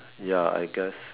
ya I guess